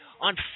On